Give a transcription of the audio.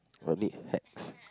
I need hacks